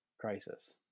crisis